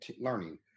learning